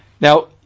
Now